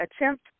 attempt